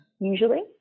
usually